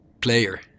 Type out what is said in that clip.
player